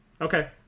Okay